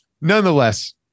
nonetheless